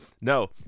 No